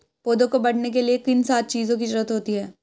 पौधों को बढ़ने के लिए किन सात चीजों की जरूरत होती है?